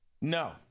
No